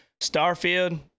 Starfield